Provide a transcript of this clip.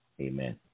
Amen